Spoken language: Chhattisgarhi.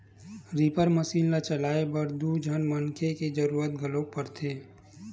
रीपर मसीन ल चलाए बर दू झन मनखे के जरूरत घलोक परथे